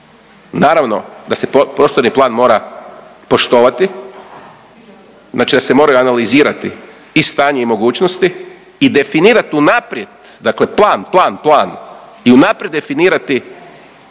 Naravno da se prostorni plan mora poštovati, znači da se moraju analizirati i stanje i mogućnosti i definirati unaprijed, dakle plan, plan, plan i unaprijed definirati